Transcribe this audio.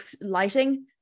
lighting